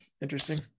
Interesting